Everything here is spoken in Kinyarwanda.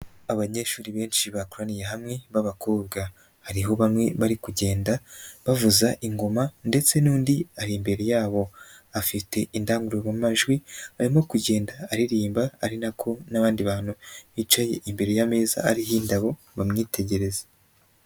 Abanyeshuri benshi bakoraniye hamwe b'abakobwa, hariho bamwe bari kugenda bavuza ingoma ndetse n'undi ari imbere yabo afite indangurumajwi barimo kugenda aririmba ari na, ko n'abandi bantu bicaye imbere y'ameza ariho indabo bamwitegereza.